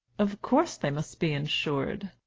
of course they must be insured.